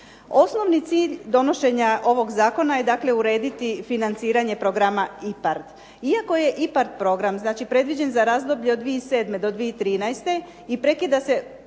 Osnovni cilj donošenja ovog zakona je dakle urediti financiranje programa IPARD. Iako je IPARD program predviđen za razdoblje od 2007. do 2013. i on se